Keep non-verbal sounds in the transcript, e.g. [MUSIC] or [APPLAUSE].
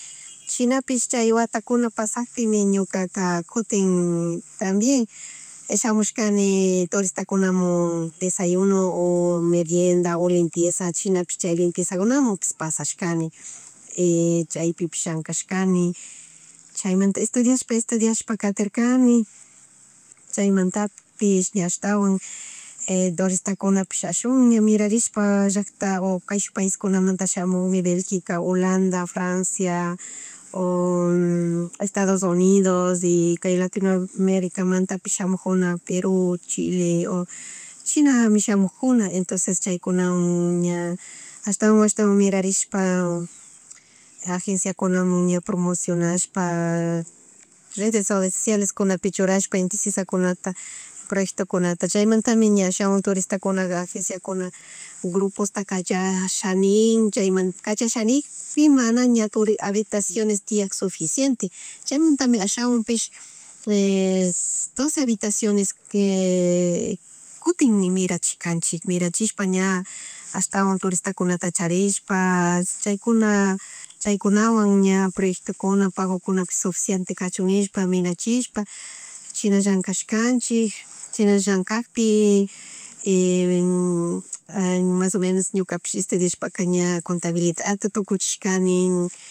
Shinapish chay watakuna pasakpimi ñukaka kutin también shamushkani turistamunkuna desayuno o merienda o limpieza, chinapish chay limpiesakunamunpish pasarkani [NOISE] chaypipish llankashkani chaymanta estudiashpa, estudiashpa katirkani [NOISE] chaymantapish ña ashtawan [NOISE] tursitakunapish ashuwan ña mirarishpa llackta o kayshuk paiskunamanta shamum Belgica, Holanda, Francia, o [HESITATION] Estados Unidos y kay Latino Americamantapish, shamujuna Perù, Chile o chinami shamug kuna entonces chaykunawan [NOISE] ña [NOISE] ashtawan, ashtawan, mirarishpa agenciamun ña promocionashpa [HESITATION] redes socialekunapi churashpa Inti Sisakuna [NOISE] proyectokunata chaymantami ashawan turistakunaga agenciakuna grupostaka [UNINTELLIGIBLE] cachanigpi mana ña, turistas, habitaciones tiyak suficiente [NOISE] chaymanta mi ashawanpish [HESITATION] doce habitaciones que [HESITATION] kutin ña mirachikkanchik, mirachishpa ña [NOISE] ashtawan turistakunata charishpa [NOISE] chaykuna [NOISE] chaykunawan ña proeyctokuna, pagokuna ña suficiente kachun nishpa mirachishpa china llankashkanchik china llankagpi [NOISE] y [HESITATION] mas o menos ñukapish estudiashpaka ña contabilidadta tukuchishkani